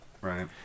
right